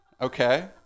Okay